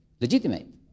legitimate